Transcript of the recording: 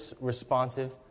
responsive